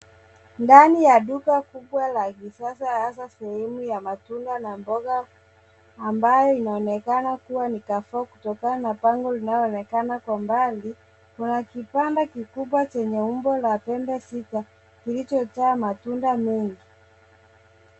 Ndani ya duka kubwa la kisasa hasa sehemu ya matunda na mboga ambayo inaonekana kuwa ni carrefour kutokana bango linaloonekana kwa mbali, kuna kibanda kikubwa chenye umbo la pembe sita kilichojaa matunda mengi.